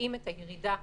את הירידה